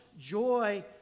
joy